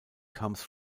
comes